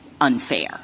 unfair